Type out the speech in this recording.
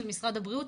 של משרד הבריאות,